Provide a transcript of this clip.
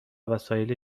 وسایل